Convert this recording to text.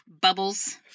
bubbles